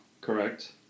Correct